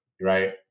right